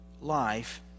life